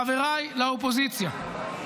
חבריי לאופוזיציה,